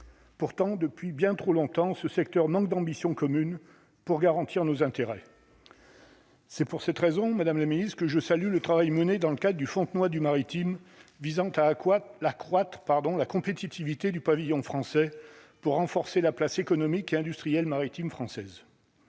Pourtant depuis bien trop longtemps ce secteur manque d'ambition commune pour garantir nos intérêts. C'est pour cette raison, Madame la Ministre, que je salue le travail mené dans le cas du Fontenoy du maritime visant à à quoi, la croate, pardon la compétitivité du pavillon français pour renforcer la place économique et industrielle maritime française,